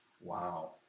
Wow